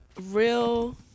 real